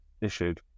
issued